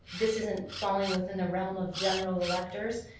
this isn't falling within the realm of general electors.